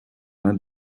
main